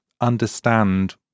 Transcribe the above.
understand